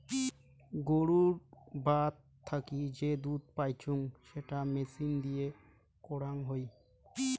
গুরুর বাত থাকি যে দুধ পাইচুঙ সেটা মেচিন দিয়ে করাং হই